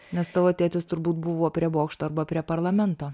nes tavo tėtis turbūt buvo prie bokšto arba prie parlamento